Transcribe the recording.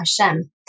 Hashem